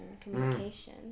communication